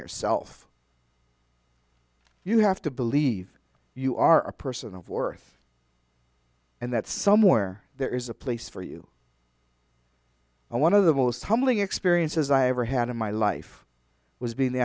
yourself you have to believe you are a person of worth and that somewhere there is a place for you and one of the most humbling experiences i ever had in my life was being the